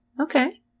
Okay